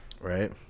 Right